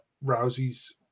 rousey's